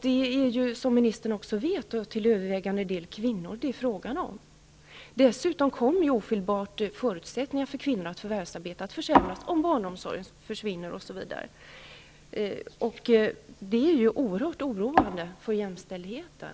Det är, som ministern också vet, till övervägande del kvinnor det är frågan om. Dessutom kommer ofelbart förutsättningarna för kvinnor att förvärvsarbeta att försämras, om barnomsorg försvinner, osv. Det är ju oerhört oroande för jämställdheten.